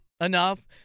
enough